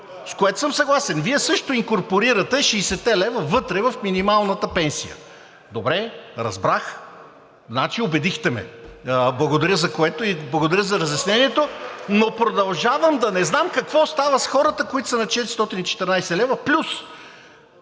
с което съм съгласен. Вие също инкорпорирате 60-те лв. вътре в минималната пенсия. Добре, разбрах, убедихте ме. Благодаря за което и благодаря за разяснението. Но продължавам да не знам какво става с хората, които са на 414 лв. плюс.